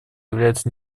являются